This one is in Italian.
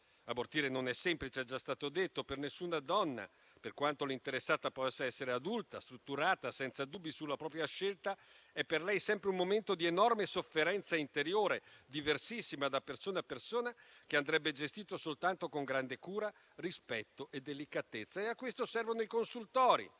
Abortire non è semplice - è già stato detto - per nessuna donna: per quanto l'interessata possa essere adulta, strutturata, senza dubbi sulla propria scelta, è per lei sempre un momento di enorme sofferenza interiore, diversissima da persona a persona, che andrebbe gestito soltanto con grande cura, rispetto e delicatezza e a questo servono i consultori.